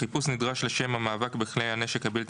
החיפוש נדרש לשם המאבק בכלי הנשק הבלתי